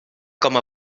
com